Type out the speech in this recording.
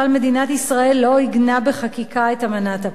ישראל לא עיגנה בחקיקה את האמנה בדבר